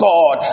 God